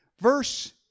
Verse